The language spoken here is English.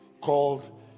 called